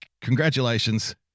congratulations